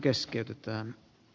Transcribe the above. varapuhemies